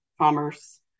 commerce